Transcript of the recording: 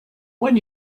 when